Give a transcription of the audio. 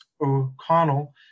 O'Connell